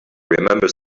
remember